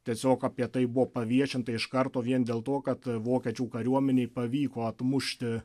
tiesiog apie tai buvo paviešinta iš karto vien dėl to kad vokiečių kariuomenei pavyko atmušti